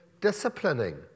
disciplining